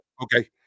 okay